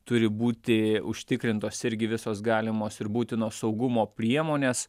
turi būti užtikrintos irgi visos galimos ir būtinos saugumo priemonės